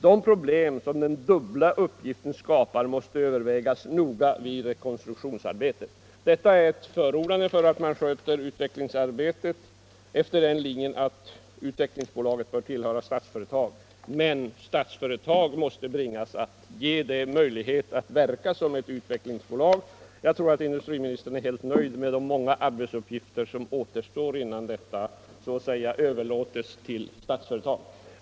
De problem som den dubbla uppgiften skapar måste övervägas noga vid rekonstruktionsarbetet.” Detta är ett förord för att Utvecklingsbolaget skall tillhöra Statsföretag, men Statsföretag måste bringas att ge det möjlighet att verka som ett utvecklingsbolag. Jag tror att industriministern är helt nöjd med de många arbetsuppgifter som återstår innan detta så att säga överlåts till Statsföretag.